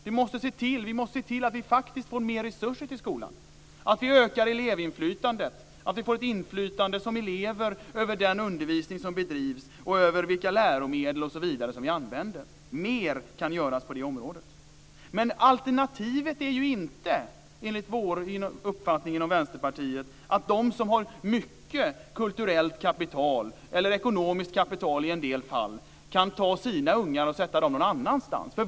Vi måste se till att faktiskt få mer resurser till skolan och att öka elevinflytandet så att eleverna får ett inflytande över den undervisning som bedrivs och över vilka läromedel osv. som används. Mer kan göras på det området. Men alternativet är inte, enligt vår uppfattning inom Vänsterpartiet, att de som har mycket kulturellt kapital, eller ekonomiskt kapital i en del fall, kan ta sina ungar och sätta dem någon annanstans.